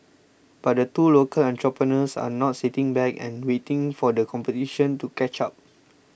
but the two local entrepreneurs are not sitting back and waiting for the competition to catch up